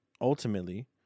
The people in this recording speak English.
ultimately